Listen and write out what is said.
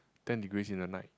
ten degrees in the night